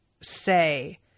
say